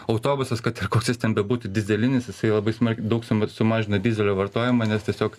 autobusas kad ir koks jis ten bebūtų dyzelinis jisai labai smarkiai daug suma sumažina dyzelio vartojimą nes tiesiog